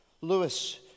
Lewis